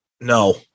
No